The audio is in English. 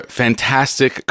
fantastic